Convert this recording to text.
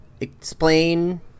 explain